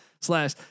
slash